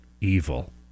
evil